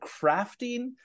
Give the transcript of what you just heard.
crafting